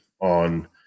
on